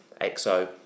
XO